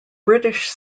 british